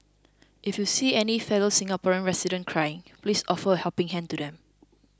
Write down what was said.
if you see any fellow Singaporean residents crying please offer a helping hand to them